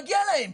מגיע להם.